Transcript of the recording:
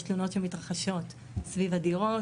יש תלונות שמתרחשות סביב הדירות,